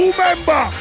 member